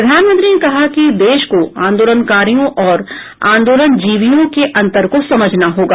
प्रधानमंत्री ने कहा कि देश को आंदोलनकारियों और आंदोलनजीवियों के अंतर को समझना होगा